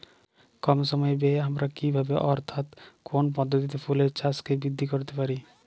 কম সময় ব্যায়ে আমরা কি ভাবে অর্থাৎ কোন পদ্ধতিতে ফুলের চাষকে বৃদ্ধি করতে পারি?